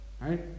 right